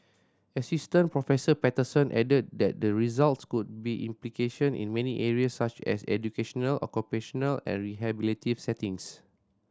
Assistant Professor Patterson added that the results could be implication in many areas such as educational occupational and rehabilitative settings